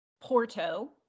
Porto